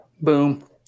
Boom